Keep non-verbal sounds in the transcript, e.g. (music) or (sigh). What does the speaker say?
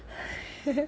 (breath) (laughs)